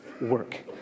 work